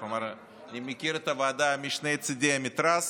אז אני מכיר את הוועדה משני צידי המתרס,